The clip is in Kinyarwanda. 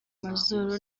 mazuru